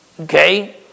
okay